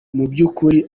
byukuri